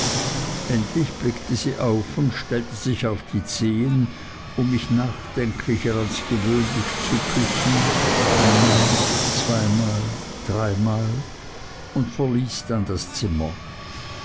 endlich blickte sie auf und stellte sich auf die zehen um mich nachdenklicher als gewöhnlich zu küssen einmal zweimal dreimal und verließ dann das zimmer